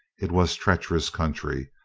it was treacherous country,